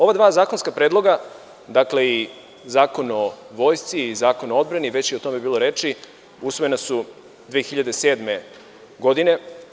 Ova dva zakonska predloga, dakle, i Zakon o Vojsci i Zakon o odbrani, već je o tome bilo reči, usvojena su 2007. godine.